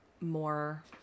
more